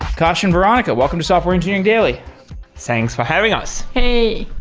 kostya and veronica, welcome to software engineering daily thanks for having us hey!